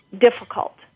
difficult